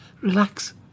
relax